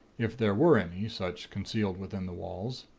if there were any such concealed within the walls.